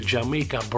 Jamaica